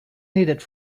needed